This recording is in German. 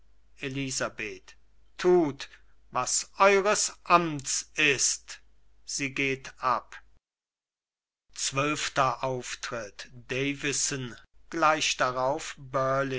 elisabeth tut was eures amts ist sie geht ab davison gleich darauf